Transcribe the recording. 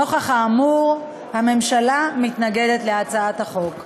נוכח האמור, הממשלה מתנגדת להצעת החוק.